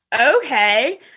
okay